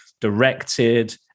directed